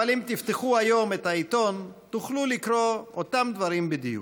אבל אם תפתחו היום את העיתון תוכלו לקרוא את אותם דברים בדיוק.